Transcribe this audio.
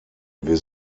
wir